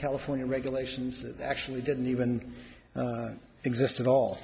california regulations that actually didn't even exist at all